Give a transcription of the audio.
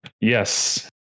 Yes